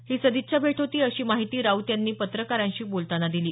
ही सदिच्छा भेट होती अशी माहिती राऊत यांनी पत्रकारांशी बोलताना दिली